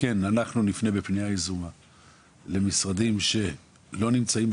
ונפנה בפנייה יזומה שלנו,